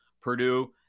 Purdue